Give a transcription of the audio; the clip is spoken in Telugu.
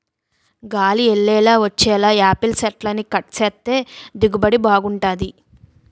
గాలి యెల్లేలా వచ్చేలా యాపిల్ సెట్లని కట్ సేత్తే దిగుబడి బాగుంటది